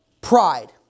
pride